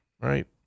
right